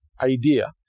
idea